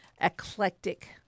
eclectic